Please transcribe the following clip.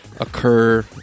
occur